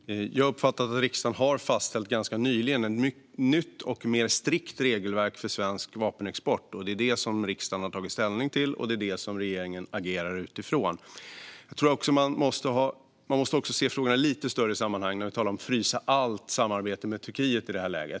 Fru talman! Jag uppfattar att riksdagen ganska nyligen har fastställt ett nytt och mer strikt regelverk för svensk vapenexport. Det är detta som riksdagen har tagit ställning till, och det är detta som regeringen agerar utifrån. Man måste se frågan i ett lite större sammanhang än att tala om att frysa allt samarbete med Turkiet i detta läge.